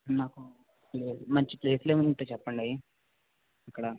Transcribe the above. నాకు ప్లేస్ మంచి ప్లేస్లు ఏమైనా ఉంటే చెప్పండి ఇక్కడ